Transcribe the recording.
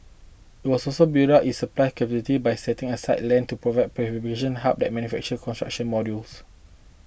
it will also so build up its supply capabilities by setting aside land to build prefabrication hubs that manufacture construction modules